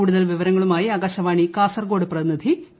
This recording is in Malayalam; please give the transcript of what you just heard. കൂടുതൽ വിവരങ്ങളുമാ്യൂി ആകാശവാണി കാസർഗോഡ് പ്രതിനിധി പി